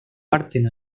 parten